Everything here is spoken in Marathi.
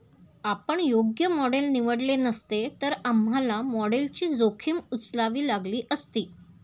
आपण योग्य मॉडेल निवडले नसते, तर आम्हाला मॉडेलची जोखीम उचलावी लागली असती